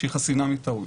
שחסינה מטעויות.